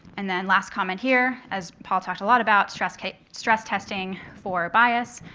and then last comment here, as paul talked a lot about, stress-testing stress-testing for bias.